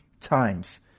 times